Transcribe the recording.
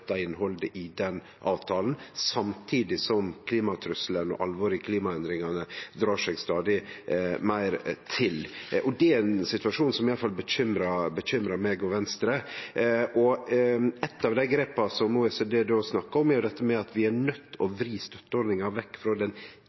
innhaldet i den avtalen, samtidig som klimatrusselen og alvoret i klimaendringane dreg seg stadig meir til. Det er ein situasjon som iallfall uroar meg og Venstre. Eitt av dei grepa som OECD då snakka om, er dette med at vi er nøydde til å vri støtteordningar vekk frå den